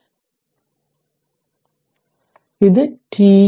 അതിനാൽ ഇത് 4 t ut 4 t ut 3 ആയിരിക്കും